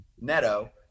Neto